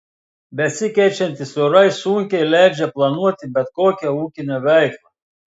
besikeičiantys orai sunkiai leidžia planuoti bet kokią ūkinę veiklą